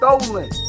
stolen